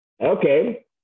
okay